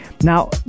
now